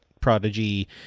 Prodigy